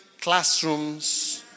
classrooms